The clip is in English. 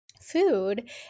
food